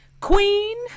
queen